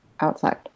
outside